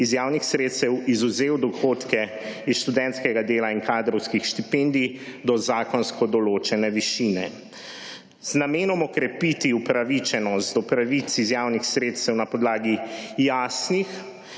iz javnih sredstev izvzel dohodke iz študentskega dela in kadrovskih štipendij do zakonsko določene višine. Z namenom okrepiti upravičenost do pravic iz javnih sredstev na podlagi jasnih